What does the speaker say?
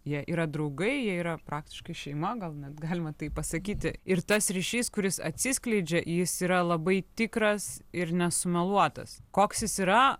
jie yra draugai jie yra praktiškai šeima gal net galima taip pasakyti ir tas ryšys kuris atsiskleidžia jis yra labai tikras ir nesumeluotas koks jis yra